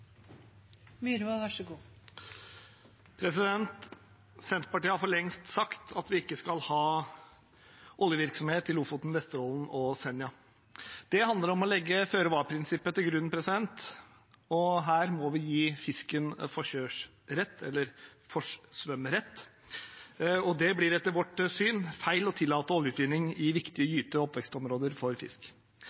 Senterpartiet har for lengst sagt at vi ikke skal ha oljevirksomhet i Lofoten, Vesterålen og Senja. Det handler om å legge føre-var-prinsippet til grunn, og her må vi gi fisken forkjørsrett – eller «forsvømmerett»! Det blir etter vårt syn feil å tillate oljeutvinning i viktige gyte- og oppvekstområder for fisk.